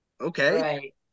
Okay